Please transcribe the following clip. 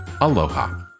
aloha